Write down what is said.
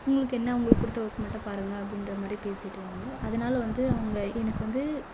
உங்களுக்கு என்ன உங்களுக்கு கொடுத்த ஒர்க் மட்டும் பாருங்கள் அப்படின்ற மாதிரி பேசிவிடுவாங்க அதனால் வந்து அவங்க எனக்கு வந்து